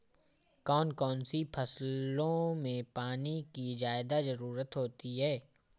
कौन कौन सी फसलों में पानी की ज्यादा ज़रुरत होती है?